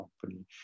company